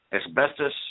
asbestos